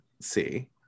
see